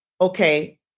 okay